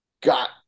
got